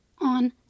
on